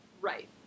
right